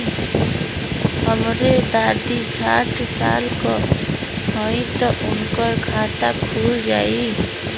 हमरे दादी साढ़ साल क हइ त उनकर खाता खुल जाई?